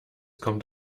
kommt